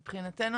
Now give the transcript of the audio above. בנושא,